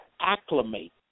acclimate